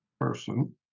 person